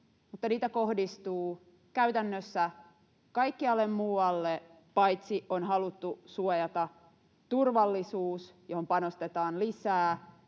niitä kohdistuu käytännössä kaikkialle, paitsi että on haluttu suojata turvallisuus, johon panostetaan lisää,